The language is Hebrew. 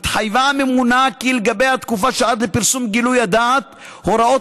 התחייבה הממונה כי לגבי התקופה שעד לפרסום גילוי הדעת הוראות